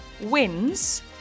wins